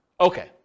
Okay